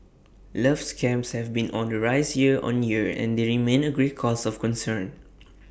love scams have been on the rise year on year and they remain A great cause of concern